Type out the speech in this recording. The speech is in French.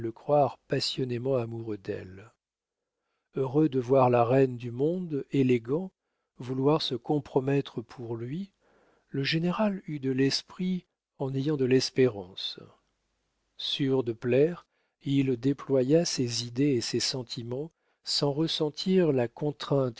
passionnément amoureux d'elle heureux de voir la reine du monde élégant vouloir se compromettre pour lui le général eut de l'esprit en ayant de l'espérance sûr de plaire il déploya ses idées et ses sentiments sans ressentir la contrainte